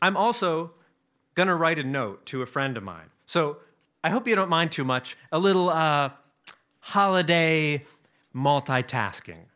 i'm also going to write a note to a friend of mine so i hope you don't mind too much a little holiday multi tasking